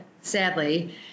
sadly